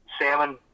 salmon